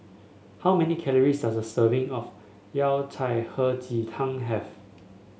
how many calories does a serving of Yao Cai Hei Ji Tang have